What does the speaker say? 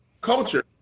culture